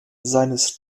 seines